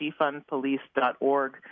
defundpolice.org